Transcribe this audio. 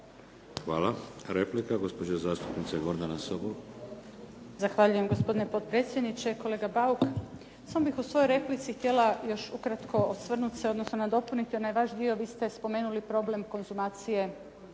Hvala. Replika, gospođa zastupnica Gordana Sobol. **Sobol, Gordana (SDP)** Zahvaljujem, gospodine potpredsjedniče. Kolega Bauk. Samo bih u svojoj replici htjela još ukratko osvrnut se, odnosno nadopunit onaj vaš dio, vi ste spomenuli problem konzumacije